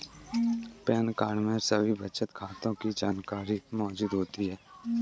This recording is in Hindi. पैन कार्ड में सभी बचत खातों की जानकारी मौजूद होती है